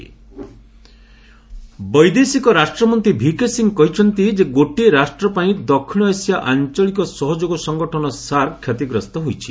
SAARC VK Singh ବୈଦେଶିକ ରାଷ୍ଟ୍ରମନ୍ତ୍ରୀ VK Singh କହିଛନ୍ତି ଯେ ଗୋଟିଏ ରାଷ୍ଟ୍ର ପାଇଁ ଦକ୍ଷିଣ ଏସିଆ ଆଞ୍ଚଳିକ ସହଯୋଗ ସଂଗଠନ ସାର୍କ କ୍ଷତିଗ୍ରସ୍ତ ହୋଇଛି